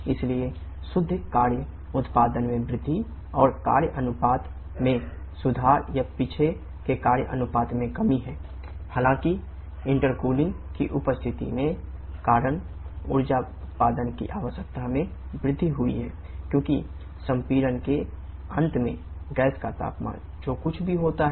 इसलिए शुद्ध कार्य उत्पादन में वृद्धि और कार्य अनुपात में सुधार या पीछे के कार्य अनुपात में कमी है